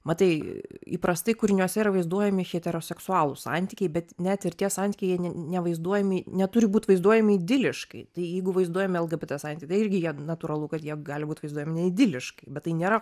matai įprastai kūriniuose yra vaizduojami heteroseksualūs santykiai bet net ir tie santykiai jie ne nevaizduojami neturi būt vaizduojami idiliškai tai jeigu vaizduojami lgbt santykiai tai irgi jie natūralu kad jie gali būt vaizduojami neidiliškai bet tai nėra